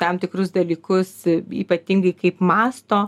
tam tikrus dalykus ypatingai kaip mąsto